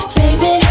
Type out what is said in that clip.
baby